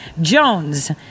Jones